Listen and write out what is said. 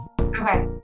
Okay